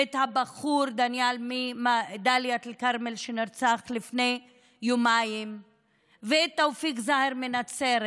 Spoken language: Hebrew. הבחור מדאלית אל-כרמל שנרצח לפני יומיים ותאופיק זהר מנצרת?